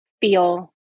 feel